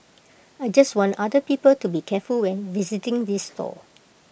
I just want other people to be careful when visiting this stall